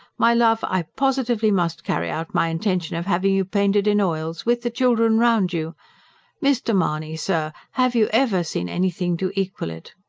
my love, i positively must carry out my intention of having you painted in oils, with the children round you mr. mahony, sir, have you ever seen anything to equal it?